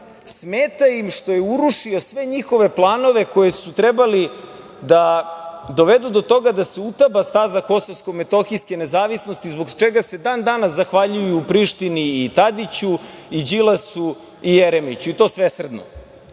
Smeta im što je urušio sve njihove planove koji su trebali da dovedu do toga da se utaba staza kosovsko-metohijske nezavisnosti, zbog čega se dan-danas zahvaljuju Prištini, Tadiću, Đilasu i Jeremiću, i to svesrdno. Ali